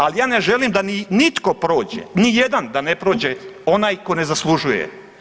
Ali ja ne želim da nitko prođe, ni jedan da ne prođe onaj tko ne zaslužuje.